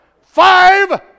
Five